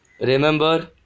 remember